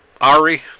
Ari